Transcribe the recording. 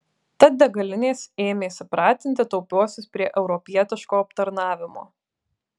tad degalinės ėmėsi pratinti taupiuosius prie europietiško aptarnavimo